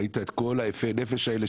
ראית את כל יפי הנפש האלה,